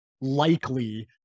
likely